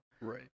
Right